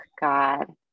God